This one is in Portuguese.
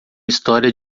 história